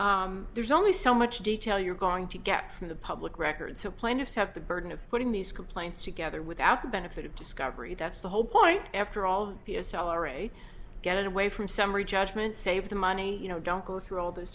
that there's only so much detail you're going to get from the public record so plaintiffs have the burden of putting these complaints together without the benefit of discovery that's the whole point after all be a salary get away from summary judgment save the money you know don't go through all th